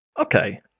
Okay